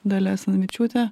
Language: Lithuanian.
dalia asanavičiūtė